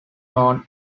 known